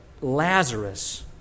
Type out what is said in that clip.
Lazarus